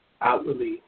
outwardly